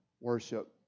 worship